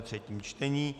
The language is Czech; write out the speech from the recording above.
třetí čtení